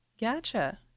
Gotcha